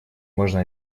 можно